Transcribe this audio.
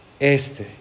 este